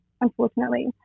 unfortunately